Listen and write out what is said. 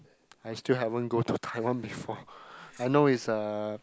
I still haven't go to Taiwan before I know it's a